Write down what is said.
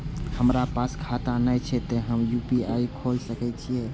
हमरा पास खाता ने छे ते हम यू.पी.आई खोल सके छिए?